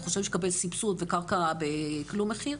וחושב שהוא יקבל סבסוד וקרקע בכלום מחיר,